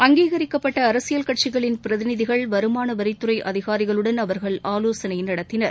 அங்கீகரிக்கப்பட்ட அரசியல் கட்சிகளின் பிரதிநிதிகள் வருமான வரித்துறை அதிகாரிகளுடன் அவர்கள் ஆலோசனை நடத்தினர்